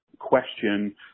question